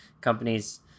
companies